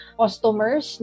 customers